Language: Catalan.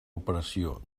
operació